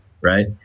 right